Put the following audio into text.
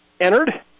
entered